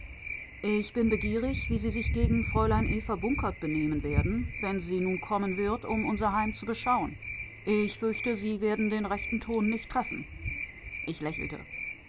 ich bin begierig wie sie sich gegen fräulein eva bunkert benehmen werden wenn sie nun kommen wird um unser heim zu beschauen ich fürchte sie werden den rechten ton nicht treffen ich lächelte